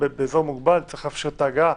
באזור מוגבל צריך לאפשר את ההגעה.